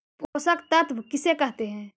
पोषक तत्त्व किसे कहते हैं?